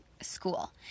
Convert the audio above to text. school